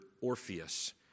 Orpheus